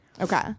Okay